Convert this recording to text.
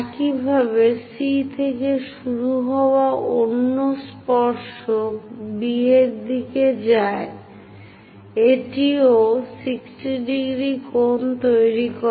একইভাবে C থেকে শুরু হওয়া অন্য স্পর্শক B এর দিকে যায় এটি ও 60০ কোণ তৈরি করে